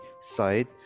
side